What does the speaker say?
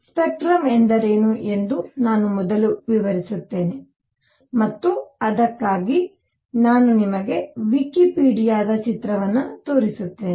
spectrum ಎಂದರೇನು ಎಂದು ನಾನು ಮೊದಲು ವಿವರಿಸುತ್ತೇನೆ ಮತ್ತು ಅದಕ್ಕಾಗಿ ನಾನು ನಿಮಗೆ ವಿಕಿಪೀಡಿಯಾದ ಚಿತ್ರವನ್ನು ತೋರಿಸುತ್ತೇನೆ